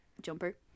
jumper